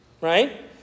right